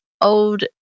Old